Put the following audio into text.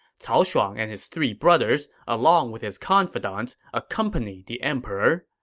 cao shuang and his three brothers, along with his confidants, accompanied the emperor.